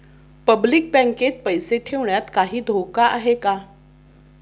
Public बँकेत पैसे ठेवण्यात काही धोका आहे का?